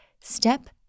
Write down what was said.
step